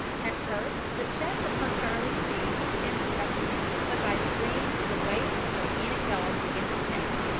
at first the check upon charlie's speed was imperceptible, but by degrees the weight of the gigantic dog began to tell,